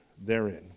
therein